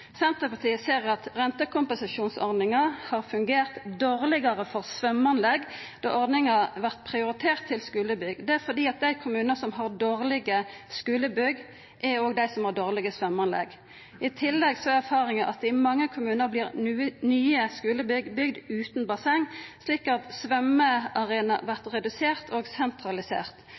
Senterpartiet ser at rentekompensasjonsordninga har fungert dårlegare for svømmeanlegg, då ordninga har vorte prioritert til skulebygg. Det er fordi dei kommunane som har dårlege skulebygg, òg er dei som har dårlege svømmeanlegg. I tillegg er erfaringa at i mange kommunar vert nye skulebygg bygde utan basseng. Slik vert svømmearenaen redusert og sentralisert.